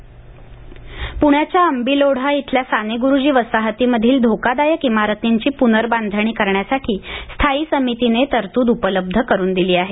प्ण्याच्या आंबील ओढा इथल्या साने ग्रुजी वसाहतीमधील धोकादायक इमारतींची पुनर्बांधणी करण्यासाठी स्थायी समितीने तरतूद उपलब्ध करून दिली आहे